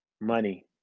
money